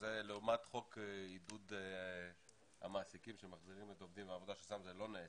וזה לעומת חוק עידוד המעסיקים שמחזירים את העובדים לעבודה שזה לא נעשה.